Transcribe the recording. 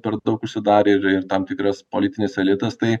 per daug užsidarę ir ir tam tikras politinis elitas tai